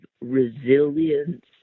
resilience